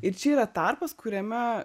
ir čia yra tarpas kuriame